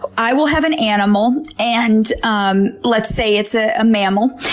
i will have an animal, and um let's say it's a mammal,